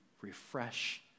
refresh